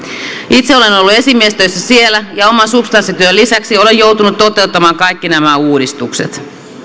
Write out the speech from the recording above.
itse olen ollut esimiestöissä siellä ja oman substanssityön lisäksi olen joutunut toteuttamaan kaikki nämä uudistukset